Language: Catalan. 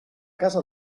casa